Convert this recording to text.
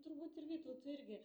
turbūt ir vytautui irgi